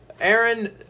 Aaron